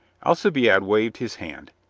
alcibiade waved his hand.